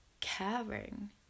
caring